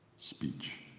speech!